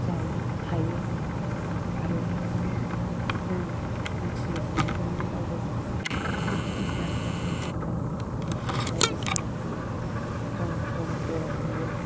जायो थायो आरो जों हान्थियो न'खरनि रावबो माबा खालामा सासे नङा सासे जों थायो बायदिसिना जों टाउन सहराव बेरायहैयो